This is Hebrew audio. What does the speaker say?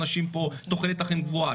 תוחלת החיים גבוהה,